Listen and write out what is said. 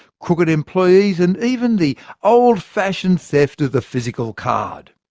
crooked employees and even the old-fashioned theft of the physical card.